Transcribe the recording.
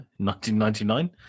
1999